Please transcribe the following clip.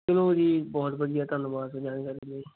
ਚੱਲੋ ਜੀ ਬਹੁਤ ਵਧੀਆ ਧੰਨਵਾਦ ਜਾਣਕਾਰੀ ਲਈ